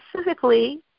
specifically